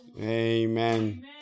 Amen